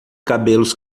cabelos